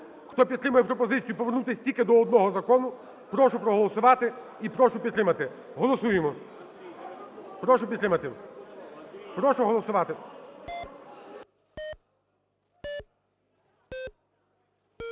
Хто підтримує пропозицію повернутись тільки до одного закону, прошу проголосувати і прошу підтримати. Голосуємо. Прошу підтримати. Прошу голосувати.